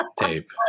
tape